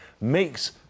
makes